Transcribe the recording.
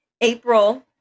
April